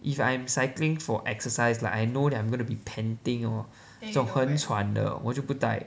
if I am cycling for exercise like I know that I'm gonna be panting or 做很喘的我就不戴